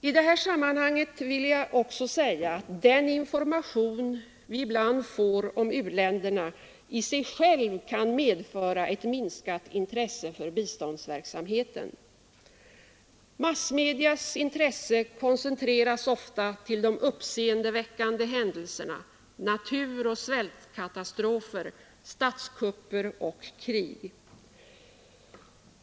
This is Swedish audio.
I det här sammanhanget vill jag också säga att den information vi ibland får om u-länderna i sig själv kan medföra ett minskat intresse för biståndsverksamheten. Massmedias intresse koncentreras ofta till de uppseendeväckande händelserna, naturoch svältkatastrofer, statskupper och krig.